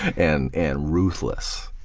and and ruthless.